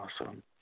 awesome